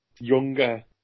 younger